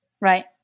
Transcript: Right